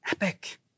epic